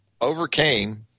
overcame –